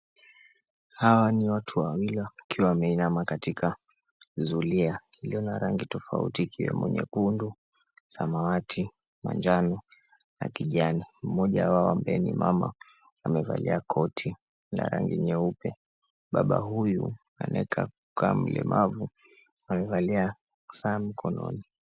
Hawa ni watu wawili ambao wameinama katika zuhulia la rangi tofauti ikiwemo nyekundu, samawati, manjano na kijani. MMoja wao ambaye ni mama amevalia koti la rangi nyeupe. Baba huyu anakaa mlemavu amevalia saa mkononi.